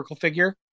figure